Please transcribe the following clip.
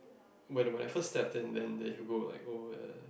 when when I first stepped in then then he will go like oh uh